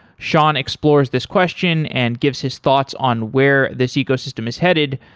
shawn explores this question and gives his thoughts on where this ecosystem is headed,